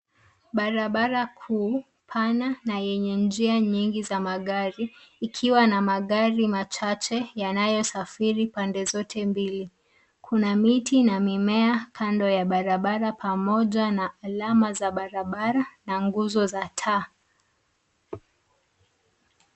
Barabara kuu pana na yenye njia nyingi za magari, ikiwa na magari machache yanayo safiri pande zote mbili. Kuna miti na mimea kando ya barabara pamoja na alama za barabara na nguzo za taa.